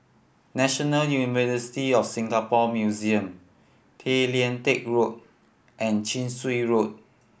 National University of Singapore Museum Tay Lian Teck Road and Chin Swee Road